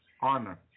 honor